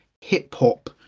hip-hop